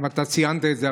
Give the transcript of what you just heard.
ואתה ציינת את זה,